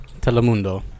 Telemundo